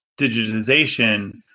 digitization